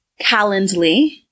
calendly